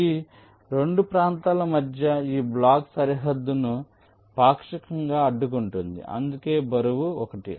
ఈ 2 ప్రాంతాల మధ్య ఈ బ్లాక్ సరిహద్దును పాక్షికంగా అడ్డుకుంటుంది అందుకే బరువు 1